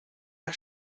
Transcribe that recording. der